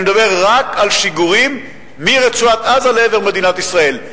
אני מדבר רק על שיגורים מרצועת-עזה לעבר מדינת ישראל.